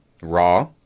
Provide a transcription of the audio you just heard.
raw